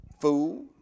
fool